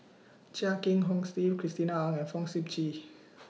Chia Kiah Hong Steve Christina Ong and Fong Sip Chee